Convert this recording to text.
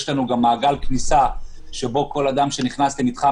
יש לנו גם מעגל כניסה שבו כל אדם שנכנס למתחם